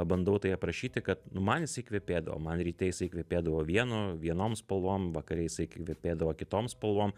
bandau tai aprašyti kad nu man jisai kvepėdavo man ryte jisai kvepėdavo vienu vienom spalvom vakare jisai kvepėdavo kitom spalvom